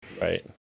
Right